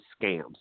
scams